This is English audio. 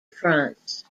france